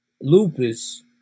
Lupus